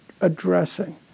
addressing